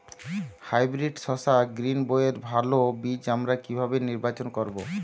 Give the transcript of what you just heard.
Hybrid শসা গ্রীনবইয়ের ভালো বীজ আমরা কিভাবে নির্বাচন করব?